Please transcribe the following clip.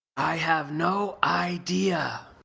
i have no idea.